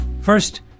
First